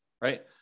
right